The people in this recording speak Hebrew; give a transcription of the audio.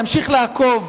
להמשיך לעקוב,